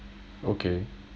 okay